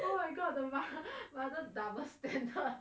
oh my god of the rather diverse